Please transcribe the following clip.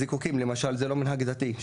זיקוקים למשל זה לא מנהג דתי,